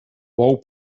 bou